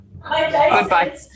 Goodbye